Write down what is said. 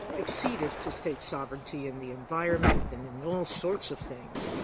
acceded to state sovereignty and the environment and in all sorts of things.